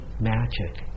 magic